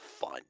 fun